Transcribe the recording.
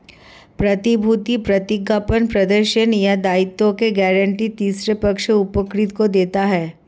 प्रतिभूति प्रतिज्ञापत्र प्रदर्शन या दायित्वों की गारंटी तीसरे पक्ष उपकृत को देता है